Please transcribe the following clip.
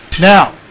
Now